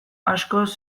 askoz